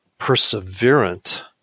perseverant